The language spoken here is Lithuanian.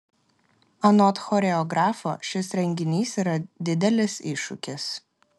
anot choreografo šis renginys yra didelis iššūkis